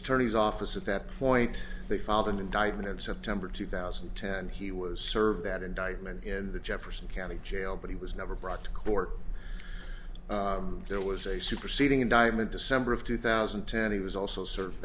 attorney's office at that point they filed an indictment in september two thousand and ten he was served that indictment in the jefferson county jail but he was never brought to court there was a superseding indictment december of two thousand and ten he was also serve